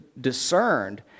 discerned